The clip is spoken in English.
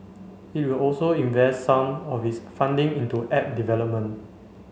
it will also invest some of its funding into app development